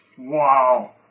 Wow